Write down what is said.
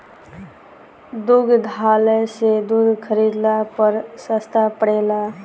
दुग्धालय से दूध खरीदला पर सस्ता पड़ेला?